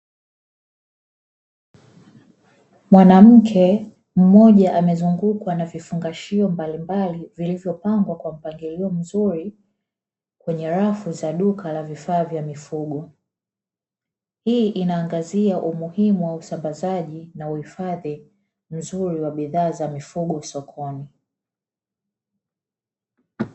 Mwanamke mmoja amezungukwa na vifungashio mbalimbali vilivopangwa kwa mpangilio mzuri kwenye rafu za duka la vifaa vya mifugo. Hii inaangazia umuhimu wa usambazaji na uhifadhi mzuri wa bidhaa za mifugo sokoni.